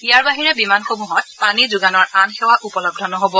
ইয়াৰ বাহিৰে বিমানসমূহত পানী যোগানৰ আন সেৱা উপলব্ধ নহব